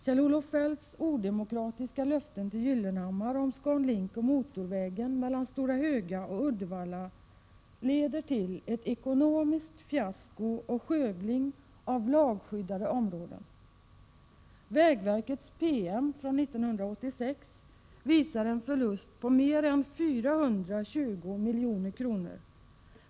Kjell-Olof Feldts odemokratiska löften till Gyllenhammar om ScanLink och motorvägen mellan Stora Höga och Uddevalla leder till ett ekonomiskt fiasko och skövling av lagskyddade områden. Vägverkets PM från 1986 visar en förlust på mer än 420 milj.kr.